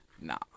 nah